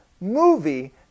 movie